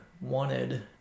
wanted